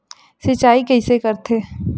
सिंचाई कइसे करथे?